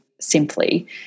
simply